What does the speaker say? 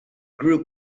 group